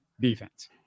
defense